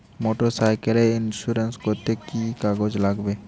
Motorcycle insurance করতে কি কি কাগজ লাগবে?